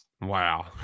wow